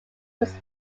was